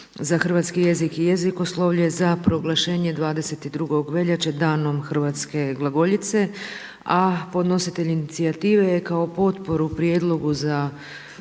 za hrvatski jezik i jezikoslovlje za proglašenje 22. veljače Danom hrvatske glagoljice, a podnositelj inicijative je kao potporu prijedlogu za